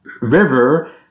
river